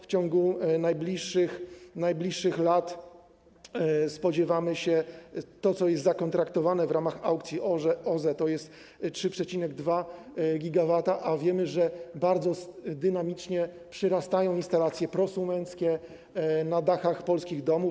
W ciągu najbliższych lat spodziewamy się tego, co jest zakontraktowane w ramach aukcji OZE, to jest 3,2 GW, a wiemy, że bardzo dynamicznie przyrastają instalacje prosumenckie na dachach polskich domów.